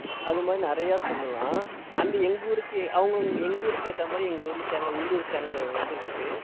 அது மாதிரி நிறையா சொல்லலாம் அந்த எங்கள் ஊருக்கு அவங்க அவங்க எங்கள் ஊருக்கு ஏற்ற மாதிரி எங்கள் ஊரில் சேனலில் உள்ளூர் சேனலில் இருந்து இருக்குது